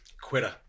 Quitter